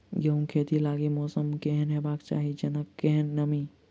गेंहूँ खेती लागि मौसम केहन हेबाक चाहि जेना केहन नमी?